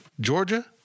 Georgia